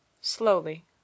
slowly